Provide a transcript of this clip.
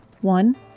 One